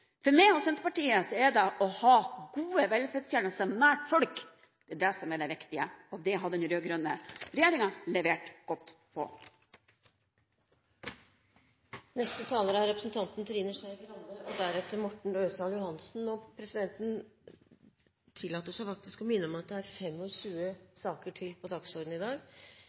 For meg og Senterpartiet er det å ha gode velferdstjenester nær folk – det er det som er det viktige, og det har den rød-grønne regjeringen levert godt på. Representanten Trine Skei Grande har hatt ordet to ganger og får ordet til en kort merknad, begrenset til 1 minutt. Presidenten tillater seg å minne om at det er 25 saker til på dagsordenen i dag.